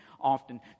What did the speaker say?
often